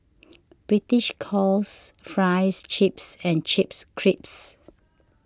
the British calls Fries Chips and Chips Crisps